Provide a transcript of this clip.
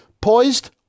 poised